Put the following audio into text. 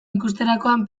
ikusterakoan